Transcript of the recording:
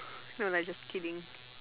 no lah just kidding